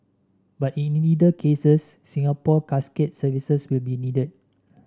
but in neither cases Singapore Casket's services will be needed